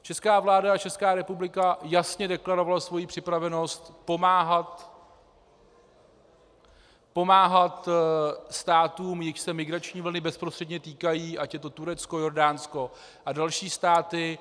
Česká vláda a Česká republika jasně deklarovala svoji připravenost pomáhat státům, jichž se migrační vlny bezprostředně týkají, ať je to Turecko, Jordánsko a další státy.